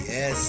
Yes